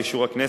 באישור הכנסת,